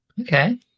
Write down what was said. okay